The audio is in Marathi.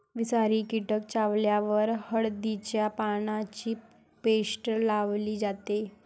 विषारी कीटक चावल्यावर हळदीच्या पानांची पेस्ट लावली जाते